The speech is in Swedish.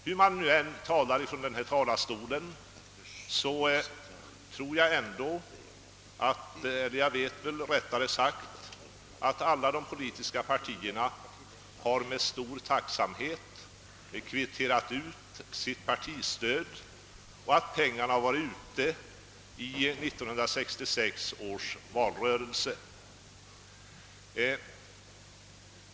Vad man än säger från denna talarstol har dock alla de politiska partierna med stor tacksamhet kvitterat ut sitt partistöd och pengarna använts vid 1966 års valrörelse.